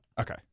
Okay